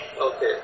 Okay